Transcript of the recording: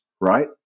right